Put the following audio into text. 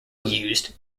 used